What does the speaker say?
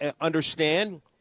understand